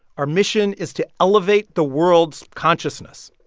our mission is to elevate the world's consciousness.